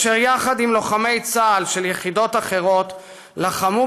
אשר עם לוחמי צה"ל של יחידות אחרות לחמו